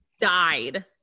died